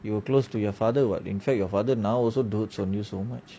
you were close to your father [what] in fact your father now also dotes on you so much